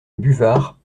buvard